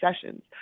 sessions